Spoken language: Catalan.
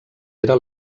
era